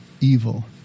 evil